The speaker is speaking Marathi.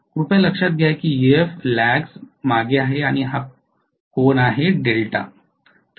कृपया लक्षात घ्या की Ef ल्यगस मागे आहे आणि हा कोन 𝛿 आहे